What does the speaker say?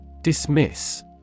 Dismiss